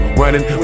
running